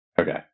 okay